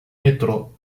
metrô